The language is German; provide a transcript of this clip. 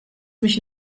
mich